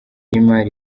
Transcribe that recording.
y’imari